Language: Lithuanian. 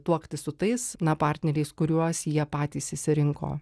tuoktis su tais na partneriais kuriuos jie patys išsirinko